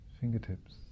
fingertips